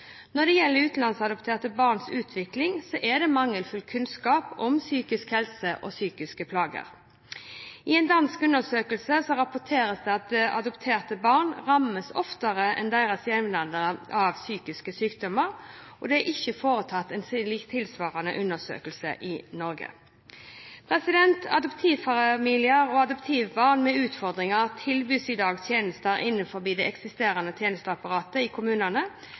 Når det gjelder utenlandsadopterte barns utvikling, er det mangelfull kunnskap om psykisk helse og psykiske plager. I en dansk undersøkelse rapporteres det at adopterte barn rammes oftere enn deres jevnaldrende av psykiske sykdommer. Det er ikke foretatt en tilsvarende undersøkelse i Norge. Adoptivfamilier og adoptivbarn med utfordringer tilbys i dag tjenester innenfor det eksisterende tjenesteapparatet i kommunene,